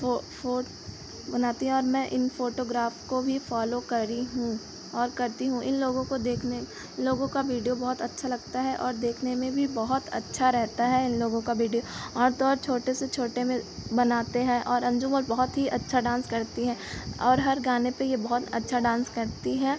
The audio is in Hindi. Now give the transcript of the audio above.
फ़ो फ़ो बनाती हैं और मैं इन फ़ोटोग्राफ को भी फॉलो करी हूँ और करती हूँ इन लोगों को देखने इन लोगों का वीडियो बहुत अच्छा लगता है और देखने में भी बहुत अच्छा रहता हैं इन लोगों का वीडियो और तो और छोटे से छोटे में बनाते हैं और अन्जुम मोर बहुत ही अच्छा डान्स करती हैं और हर गाने पर यह बहुत अच्छा डान्स करती हैं